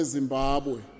Zimbabwe